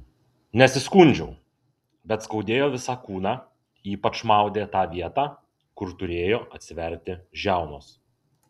nesiskundžiau bet skaudėjo visą kūną ypač maudė tą vietą kur turėjo atsiverti žiaunos